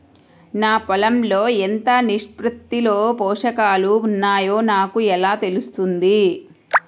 నా పొలం లో ఎంత నిష్పత్తిలో పోషకాలు వున్నాయో నాకు ఎలా తెలుస్తుంది?